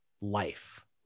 life